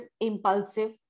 impulsive